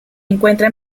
encuentra